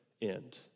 end